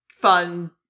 fun